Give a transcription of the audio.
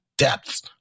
depths